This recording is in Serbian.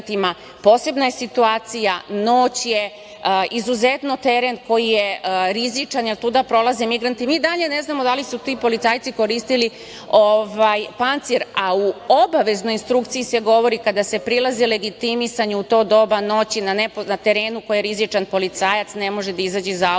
posebna je situacija, noć je, izuzetno teren koji je rizičan, jer tuda prolaze migranti a mi i dalje ne znamo da li su ti policajci koristili pancir, a u obaveznoj struci se govori, kada se prilazi legitimisanju u to doba noći na terenu koji je rizičan, policajac ne može da izađe iz